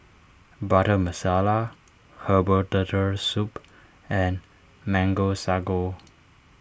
Butter Masala Herbal Turtle Soup and Mango Sago